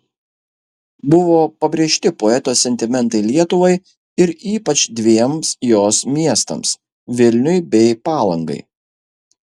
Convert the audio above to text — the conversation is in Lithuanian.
buvo pabrėžti poeto sentimentai lietuvai ir ypač dviem jos miestams vilniui bei palangai